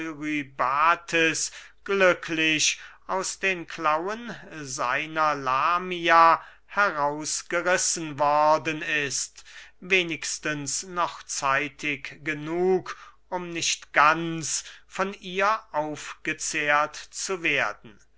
eurybates glücklich aus den klauen seiner lamia herausgerissen worden ist wenigstens noch zeitig genug um nicht ganz von ihr aufgezehrt zu werden